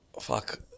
fuck